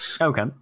Okay